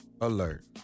alert